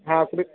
हो क्रि